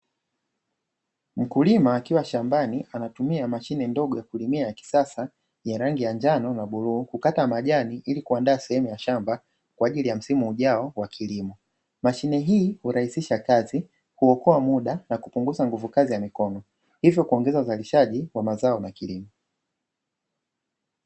Mkulima akiwa shambani anatumia mashine ndogo ya kulimia ya kisasa yenye rangi ya njano na bluu, kukata majani ili kuandaa sehemu ya shamba kwa ajili ya msimu ujao wa kilimo. Mashine hii hurahisisha kazi, kuokoa muda na kupunguza nguvu kazi ya mikono hivyo kuongeza uzalishaji wa mazao na kilimo.